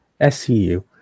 SCU